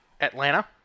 Atlanta